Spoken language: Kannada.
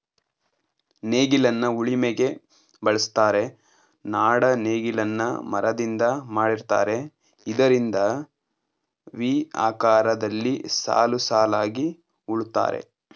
ನೇಗಿಲನ್ನ ಉಳಿಮೆಗೆ ಬಳುಸ್ತರೆ, ನಾಡ ನೇಗಿಲನ್ನ ಮರದಿಂದ ಮಾಡಿರ್ತರೆ ಇದರಿಂದ ವಿ ಆಕಾರದಲ್ಲಿ ಸಾಲುಸಾಲಾಗಿ ಉಳುತ್ತರೆ